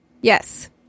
Yes